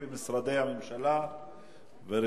4690, 4717 ו-4726.